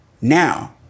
now